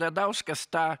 radauskas tą